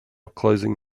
closing